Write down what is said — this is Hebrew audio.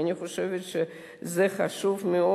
ואני חושבת שזה חשוב מאוד.